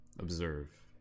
observe